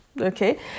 Okay